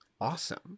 awesome